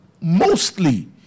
mostly